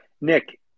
Nick